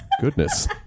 goodness